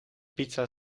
pizza